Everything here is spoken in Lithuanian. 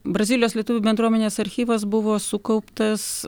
brazilijos lietuvių bendruomenės archyvas buvo sukauptas